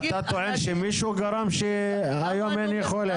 אתה טוען שמישהו גרם שהיום אין יכולת?